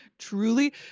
Truly